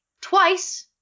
twice